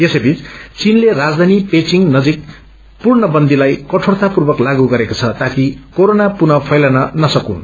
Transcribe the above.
यसै बीच चीनले राजबानी पेईचिंग नजिक पूर्णबन्दीलाई कठोरतापूर्वक लागू गरेको छ ताकि कोरोना पुनः फैलन नसकून्